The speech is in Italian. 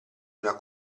una